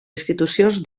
institucions